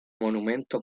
monumento